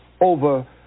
over